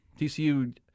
TCU